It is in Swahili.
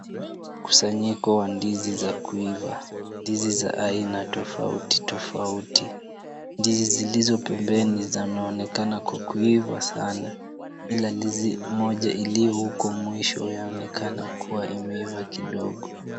Mkusanyiko wa ndizi za kuiva. Ndizi za aina tofauti tofauti. Ndizi zilizo pembeni zinaonekana kuiva sana ila ndizi moja iliyo uko mwisho yaonekana kuwa imeiva kidogo.